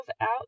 out